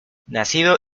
nacido